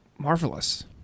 Marvelous